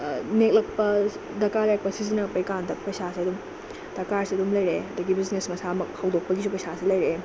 ꯅꯦꯛꯂꯛꯄ ꯗꯔꯀꯥꯔ ꯂꯩꯔꯛꯄ ꯁꯤꯖꯤꯟꯅꯔꯛꯄꯒꯤ ꯀꯥꯟꯗ ꯄꯩꯁꯥꯁꯦ ꯑꯗꯨꯝ ꯗꯔꯀꯥꯔꯁꯦ ꯑꯗꯨꯝ ꯂꯩꯔꯛꯑꯦ ꯑꯗꯒꯤ ꯕꯤꯖꯤꯅꯦꯁ ꯃꯁꯥꯃꯛ ꯍꯧꯗꯣꯛꯄꯒꯤꯁꯨ ꯄꯩꯁꯥꯁꯦ ꯂꯩꯔꯛꯑꯦ